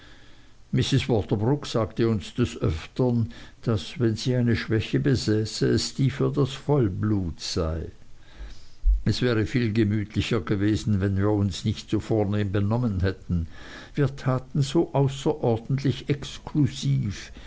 mrs waterbroock sagte uns des öftern daß wenn sie eine schwäche besäße es die für das vollblut sei es wäre viel gemütlicher gewesen wenn wir uns nicht so vornehm benommen hätten wir taten so außerordentlich exklusiv